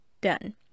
done